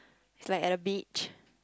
it's like at a beach